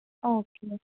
okay